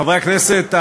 חברי הכנסת,